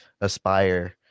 aspire